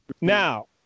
Now